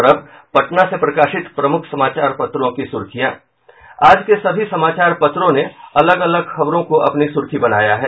और अब पटना से प्रकाशित प्रमुख समाचार पत्रों की सुर्खियां आज के सभी समाचार पत्रों ने अलग अलग खबरों को अपनी सुर्खी बनाया है